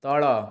ତଳ